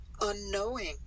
unknowing